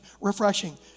refreshing